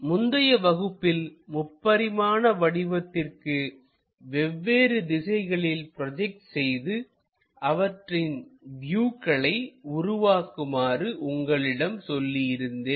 முந்தைய வகுப்பில் முப்பரிமாண வடிவத்திற்கு வெவ்வேறு திசைகளில் ப்ரோஜெக்ட் செய்து அவற்றின் வியூக்களை உருவாக்குமாறு உங்களிடம் சொல்லி இருந்தேன்